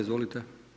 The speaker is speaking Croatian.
Izvolite.